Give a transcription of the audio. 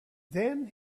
then